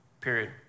period